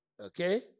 Okay